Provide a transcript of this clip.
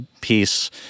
peace